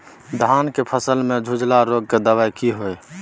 धान की फसल में झुलसा रोग की दबाय की हय?